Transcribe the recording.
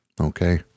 okay